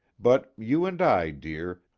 but you and i, dear,